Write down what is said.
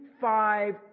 five